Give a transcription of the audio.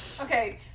okay